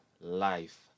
life